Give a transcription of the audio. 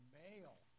male